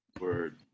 Word